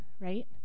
right